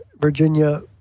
Virginia